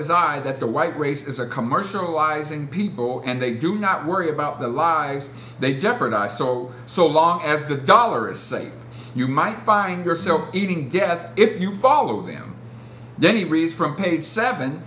as i that the white race is a commercializing people and they do not worry about the lives they jeopardize sold so long as the dollar is safe you might find yourself eating death if you follow them then he raised from page seven